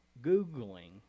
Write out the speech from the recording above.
googling